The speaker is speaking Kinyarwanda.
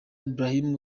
ibrahim